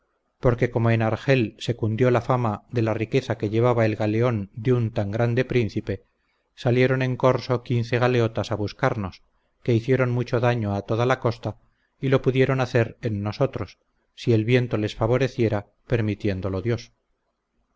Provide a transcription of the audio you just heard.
porque como en argel se cundió la fama de la riqueza que llevaba el galeón de un tan grande príncipe salieron en corso quince galeotas a buscarnos que hicieron mucho daño a toda la costa y lo pudieran hacer en nosotros si el viento les favoreciera permitiéndolo dios